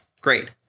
great